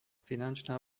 finančná